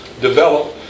develop